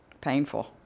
Painful